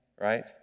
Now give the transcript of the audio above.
right